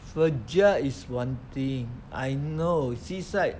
fragile is one thing I know suicide